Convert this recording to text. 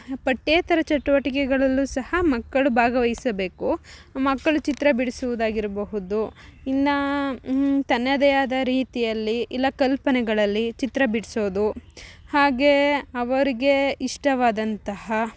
ಪಠ್ಯೇತರ ಚಟುವಟಿಕೆಗಳಲ್ಲು ಸಹ ಮಕ್ಕಳು ಭಾಗವಹಿಸಬೇಕು ಮಕ್ಕಳು ಚಿತ್ರ ಬಿಡಿಸುವುದಾಗಿರ್ಬಹುದು ಇನ್ನು ತನ್ನದೆ ಆದ ರೀತಿಯಲ್ಲಿ ಇಲ್ಲ ಕಲ್ಪನೆಗಳಲ್ಲಿ ಚಿತ್ರ ಬಿಡಿಸೋದು ಹಾಗೇ ಅವರಿಗೆ ಇಷ್ಟವಾದಂತಹ